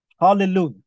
Hallelujah